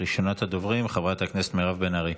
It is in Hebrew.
ראשונת הדוברים, חברת הכנסת מירב בן ארי.